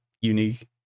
unique